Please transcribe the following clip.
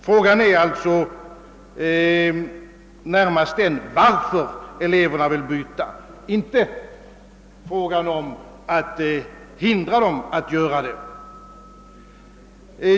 Frågan är alltså närmast varför eleverna vill byta, inte hur man skall hindra dem att göra det.